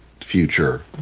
future